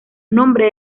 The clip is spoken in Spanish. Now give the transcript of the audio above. nombres